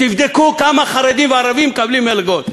תבדקו כמה חרדים וערבים מקבלים מלגות.